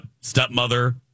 stepmother